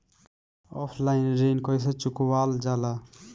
Offline ऋण कइसे चुकवाल जाला?